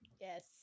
Yes